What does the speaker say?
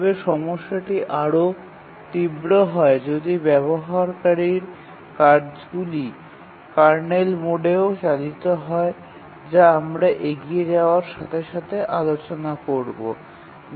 তবে সমস্যাটি আরও তীব্র হয় যদি ব্যবহারকারীর কাজগুলি কার্নেল মোডেও চালিত হয় যা আমরা এগিয়ে যাওয়ার সাথে সাথে আলোচনা করবো